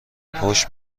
پشت